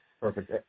Perfect